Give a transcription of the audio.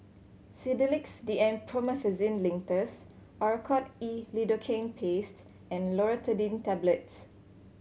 Sedilix D M Promethazine Linctus Oracort E Lidocaine Paste and Loratadine Tablets